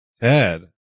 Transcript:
Ted